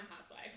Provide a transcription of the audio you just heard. housewife